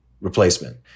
replacement